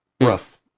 Rough